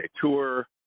Tour